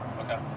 okay